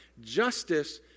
Justice